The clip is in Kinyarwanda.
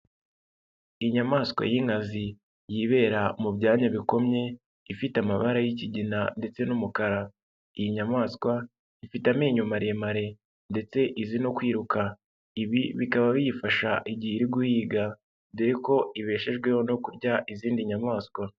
Inyamaswa y'inkazi yibera mu byanya bikomye, ifite amabara y'ikigina ndetse n'umukara, iyi nyamaswa ifite amenyo maremare ndetse izi no kwiruka, ibi bikaba biyifasha igihe iri guhiga, dore ko ibeshejweho no kurya izindi nyamaswa.